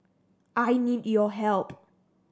I need your help